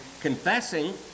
confessing